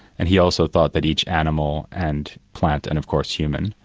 and he also thought that each animal and plant and of course human,